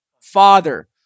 father